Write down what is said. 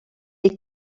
est